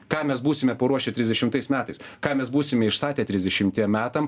ką mes būsime paruošę trisdešimtais metais ką mes būsime išstatę trisdešimtiem metam